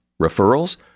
Referrals